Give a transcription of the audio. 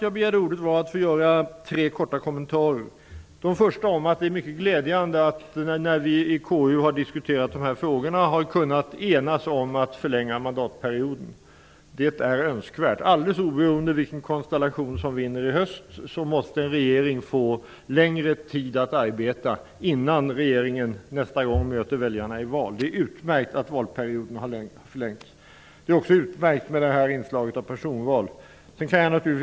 Jag begärde ordet för att få göra tre korta kommentarer. Den första kommentaren är att det är mycket glädjande att vi, när vi har diskuterat dessa frågor i KU, har kunnat enas om att förlänga mandatperioden. Detta är önskvärt. Alldeles oberoende av vilken konstellation som vinner i höst måste en regering få längre tid att arbeta innan regeringen nästa gång möter väljarna i ett val. Det är utmärkt att valperioden har förlängts. Inslaget av personval är också utmärkt.